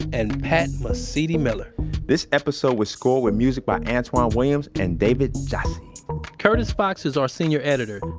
and pat mesiti-miller this episode was scored with music by antwan williams and david jassy curtis fox is our senior editor,